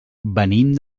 venim